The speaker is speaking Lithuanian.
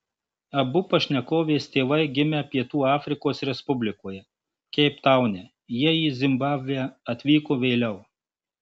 abu pašnekovės tėvai gimė pietų afrikos respublikoje keiptaune jie į zimbabvę atvyko vėliau